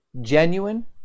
genuine